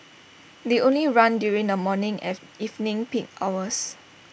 they only run during the morning and evening peak hours